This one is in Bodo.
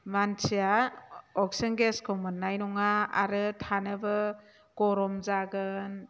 मानसिया अक्सिजेन गेसखौ मोननाय नङा आरो थानोबो गरम जागोन